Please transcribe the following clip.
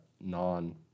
non